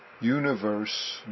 universe